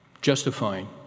justifying